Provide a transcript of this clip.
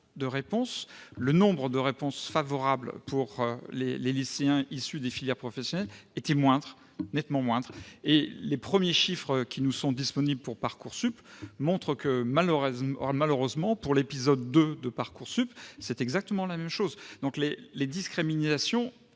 Parcoursup, le nombre de réponses favorables pour les lycéens issus des filières professionnelles était nettement moindre. Et les premiers chiffres disponibles montrent que, malheureusement, pour l'épisode 2 de Parcoursup, c'est exactement la même chose. Les discriminations